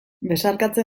besarkatzen